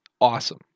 awesome